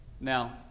Now